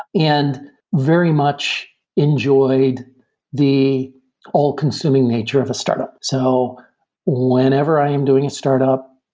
and very much enjoyed the all consuming nature of a startup. so whenever i am doing a startup,